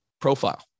profile